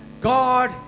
God